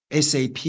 SAP